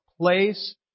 place